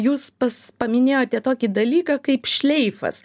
jūs pas paminėjote tokį dalyką kaip šleifas